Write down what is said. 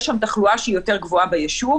יש שם תחלואה שהיא יותר גבוהה ביישוב,